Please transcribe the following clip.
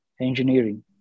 engineering